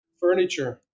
furniture